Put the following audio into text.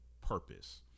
purpose